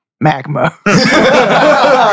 magma